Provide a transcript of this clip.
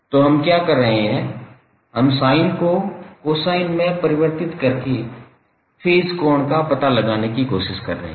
तो हम क्या कर रहे हैं हम sin को कोसाइन में परिवर्तित करके फेज कोण का पता लगाने की कोशिश कर रहे हैं